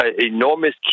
enormous